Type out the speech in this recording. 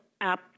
app